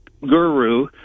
guru